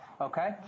okay